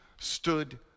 stood